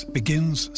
begins